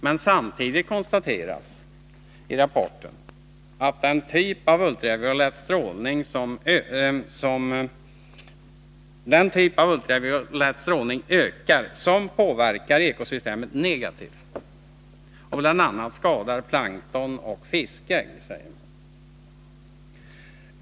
Men samtidigt konstateras i rapporten att den typ av ultraviolett strålning ökar som påverkar ekosystemet negativt och bl.a. skadar plankton och fiskägg.